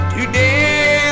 Today